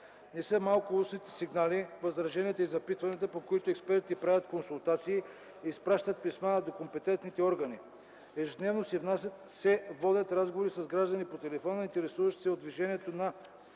Не са малко устните сигнали, възражения и запитвания, по които експертите правят консултации и изпращат писма до компетентните органи. Ежедневно се водят разговори с граждани по телефона, интересуващи се от движението на